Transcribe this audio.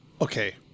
okay